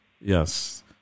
Yes